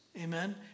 Amen